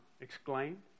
exclaimed